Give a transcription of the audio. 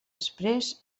exprés